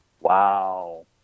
Wow